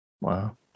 Wow